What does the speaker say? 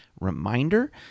reminder